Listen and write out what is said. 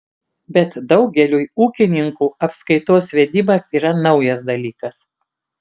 bet daugeliui ūkininkų apskaitos vedimas yra naujas dalykas